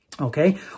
Okay